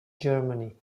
germany